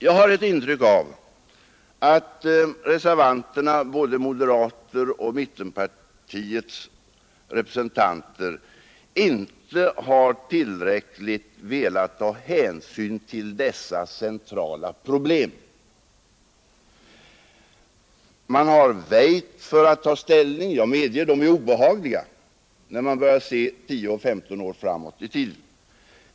Jag har ett intryck av att reservanterna — både moderaternas och mittenpartiernas representanter — inte har tillräckligt velat ta hänsyn till dessa centrala problem. Man har väjt för att ta ställning. Jag medger att de är obehagliga när man börjar se 10—15 år framåt i tiden.